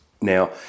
Now